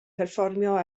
perfformio